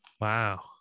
Wow